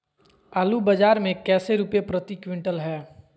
आलू बाजार मे कैसे रुपए प्रति क्विंटल है?